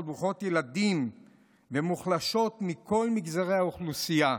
ברוכות ילדים ומוחלשות מכל מגזרי האוכלוסייה.